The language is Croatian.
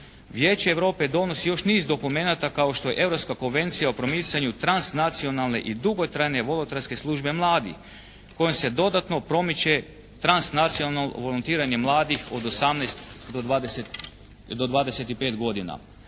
Vijeće Europe donosi još niz dokumenata kao što je Europska konvencija o promicanju transnacionalne i dugotrajne volonterske službe mladih kojom se dodatno promiče transnacionalno volontiranje mladih od 18 do 25 godina.